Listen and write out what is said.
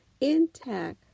intact